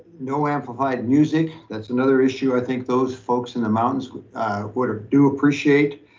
no amplified music, that's another issue. i think those folks in the mountains would would have, do appreciate,